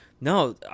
no